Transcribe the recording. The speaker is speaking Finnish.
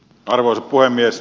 arvoisa puhemies